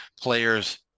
players